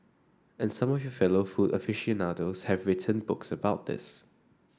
and some of your fellow food aficionados have written books about this